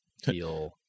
feel